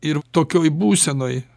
ir tokioj būsenoj